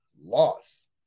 loss